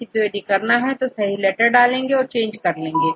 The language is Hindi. किंतु यदि करना हो तो सही लेटर डालेंगे और चेंज कर लेंगे